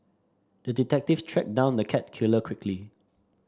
the detective tracked down the cat killer quickly